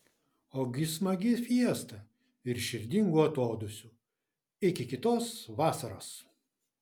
ogi smagia fiesta ir širdingu atodūsiu iki kitos vasaros